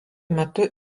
metu